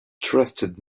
trusted